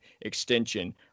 extension